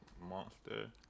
monster